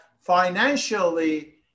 financially